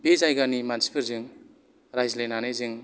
बे जायगानि मानसिफोरजों रायज्लायनानै जों